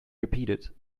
repeated